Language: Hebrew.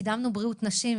קידמנו בריאות נשים.